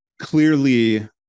clearly